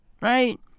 Right